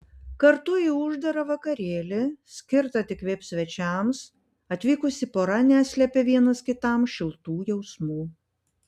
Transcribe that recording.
kartu į uždarą vakarėlį skirtą tik vip svečiams atvykusi pora neslėpė vienas kitam šiltų jausmų